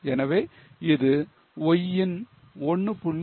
எனவே இது Y யின் 1